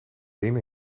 ene